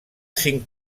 cinc